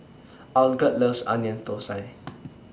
Algot loves Onion Thosai